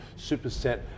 Superset